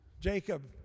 Jacob